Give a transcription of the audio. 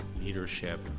leadership